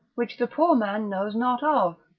which the poor man knows not of.